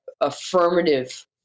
affirmative